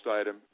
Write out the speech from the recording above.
item